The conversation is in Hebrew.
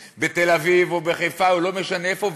בתל-אביב או בחיפה או לא משנה איפה,